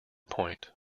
point